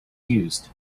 used